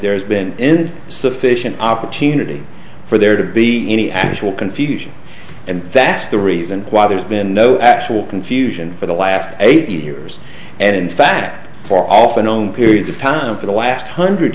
there has been sufficient opportunity for there to be any actual confusion and that's the reason why there has been no actual confusion for the last eight years and in fact for often on periods of time for the last hundred